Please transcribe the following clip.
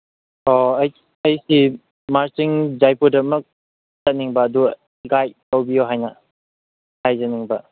ꯑꯣ ꯑꯩ ꯑꯩꯒꯤ ꯃꯥꯔꯆꯤꯡ ꯗꯥꯏꯄꯣꯗꯃꯛ ꯆꯠꯅꯤꯡꯕ ꯑꯗꯨ ꯒꯥꯏꯗ ꯇꯧꯕꯤꯌꯣ ꯍꯥꯏꯅ ꯍꯥꯏꯖꯅꯤꯡꯕ